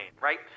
right